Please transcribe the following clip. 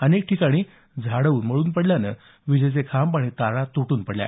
अनेक ठिकाणी झाडे मोडून पडल्यानं विजेचे खांब आणि तारा तुटून पडल्या